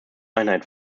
einheit